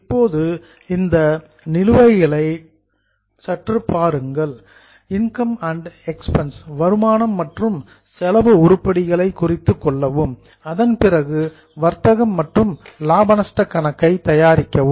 இப்போது இந்த பேலன்ஸ்சஸ் நிலுவைகளை சற்று பாருங்கள் இன்கம் அண்ட் எக்ஸ்பென்ஸ் வருமானம் மற்றும் செலவு உருப்படிகளை குறித்துக் கொள்ளவும் அதன் பிறகு வர்த்தகம் மற்றும் லாப நஷ்டக் கணக்கை தயாரிக்கவும்